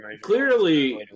clearly